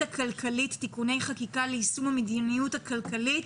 הכלכלית (תיקוני חקיקה ליישום המדיניות הכלכלית